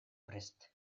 prest